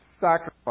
sacrifice